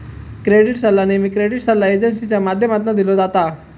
credit सल्ला नेहमी credit सल्ला एजेंसींच्या माध्यमातना दिलो जाता